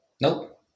Nope